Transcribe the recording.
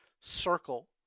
circle